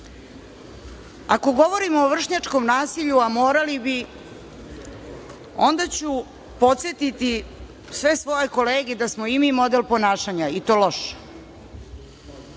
govorimo o vršnjačkom nasilju, a morali bi, onda ću podsetiti sve svoje kolege da smo i mi model ponašanja, i to loš.